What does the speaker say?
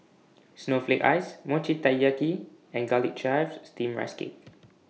Snowflake Ice Mochi Taiyaki and Garlic Chives Steamed Rice Cake